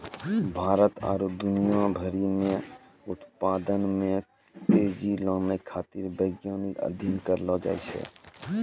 भारत आरु दुनिया भरि मे उत्पादन मे तेजी लानै खातीर वैज्ञानिक अध्ययन करलो जाय छै